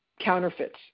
counterfeits